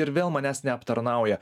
ir vėl manęs neaptarnauja